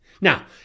Now